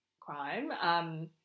crime